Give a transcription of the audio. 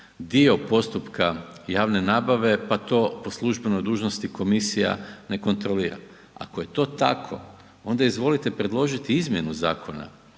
dio postupka javne nabave pa to po službenoj dužnosti komisija ne kontrolira. Ako je to tako onda izvolite predložiti izmjenu zakona